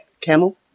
Camel